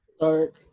Dark